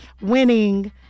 winning